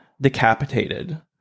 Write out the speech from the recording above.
decapitated